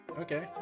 Okay